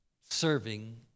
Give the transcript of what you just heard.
Serving